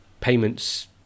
payments